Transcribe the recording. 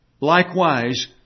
Likewise